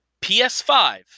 PS5